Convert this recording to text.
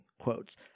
quotes